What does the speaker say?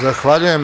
Zahvaljujem.